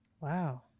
Wow